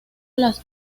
las